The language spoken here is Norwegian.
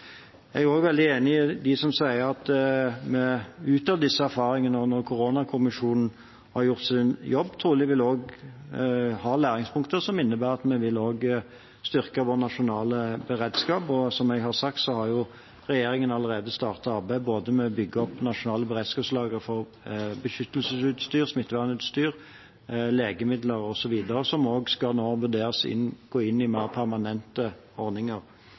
Jeg er veldig enig med dem som sier at vi ut av disse erfaringene og når koronakommisjonen har gjort sin jobb, trolig vil ha læringspunkter som innebærer at vi vil styrke vår nasjonale beredskap. Som jeg har sagt, har regjeringen allerede startet arbeidet med å bygge opp nasjonale beredskapslagre for beskyttelsesutstyr, smittevernutstyr, legemidler osv., som nå også skal vurderes å gå inn i mer permanente ordninger.